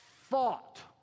thought